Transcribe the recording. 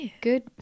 Good